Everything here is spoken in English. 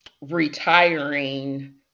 retiring